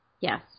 Yes